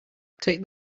take